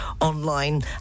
online